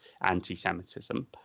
anti-Semitism